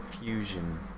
Fusion